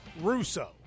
Russo